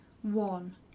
One